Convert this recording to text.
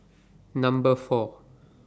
Number four